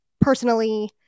personally